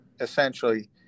essentially